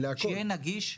שיהיה נגיש.